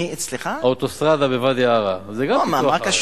מה זה קשור?